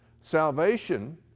Salvation